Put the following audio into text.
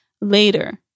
later